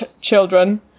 children